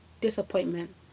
disappointment